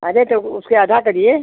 अरे तो उससे आधा करिए